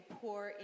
pour